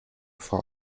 four